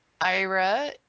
Ira